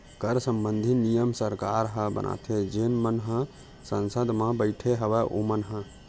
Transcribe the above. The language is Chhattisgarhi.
कर संबंधित नियम सरकार ह बनाथे जेन मन ह संसद म बइठे हवय ओमन ह